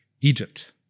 Egypt